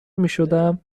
میشدم